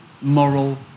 moral